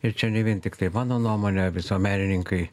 ir čia ne vien tiktai mano nuomonė visuomenininkai